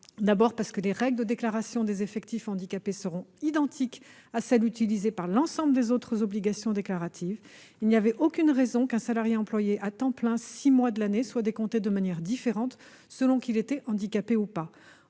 D'abord, les règles de déclaration des effectifs handicapés seront identiques à celles qui sont utilisées par l'ensemble des autres obligations déclaratives. Il n'y avait aucune raison qu'un salarié employé à temps plein six mois de l'année soit décompté de manière différente selon qu'il était handicapé ou pas.